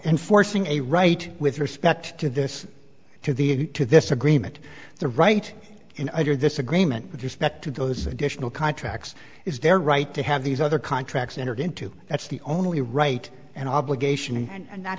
enforcing a right with respect to this to the to this agreement the right in under this agreement with respect to those additional contracts is their right to have these other contracts entered into that's the only right and obligation and not